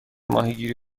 ماهیگیری